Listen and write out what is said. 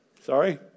Sorry